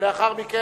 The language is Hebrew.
ולאחר מכן,